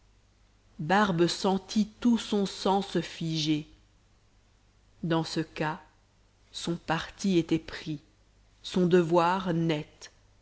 barbe sentit tout son sang se figer dans ce cas son parti était pris son devoir net